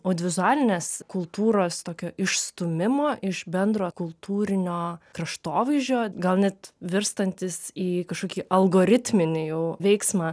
audiovizualinės kultūros tokio išstūmimo iš bendro kultūrinio kraštovaizdžio gal net virstantis į kažkokį algoritminį jau veiksmą